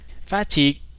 Fatigue